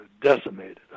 decimated